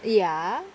ya